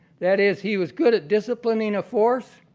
that is, he was good at disciplining a force.